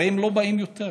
הרי לא באים יותר.